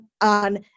on